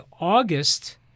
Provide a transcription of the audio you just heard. August